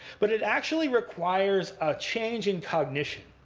but it actually requires a change in cognition.